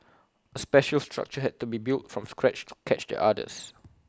A special structure had to be built from scratch to catch the otters